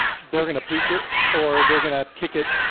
they're gonna pooch it or they're gonna kick it.